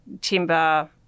timber